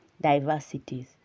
diversities